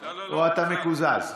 או אתה מקוזז?